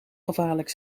gevaarlijk